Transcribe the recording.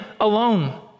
alone